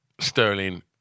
Sterling